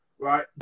right